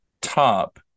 top